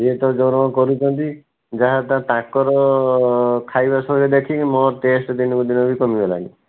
ଇଏ ତ ଯାହା ତ ତାଙ୍କର ଖାଇବା ଶୈଳୀ ଦେଖିକି ମୋର ଟେଷ୍ଟ ବି ଦିନକୁ ଦିନ ବି କମି ଗଲାଣି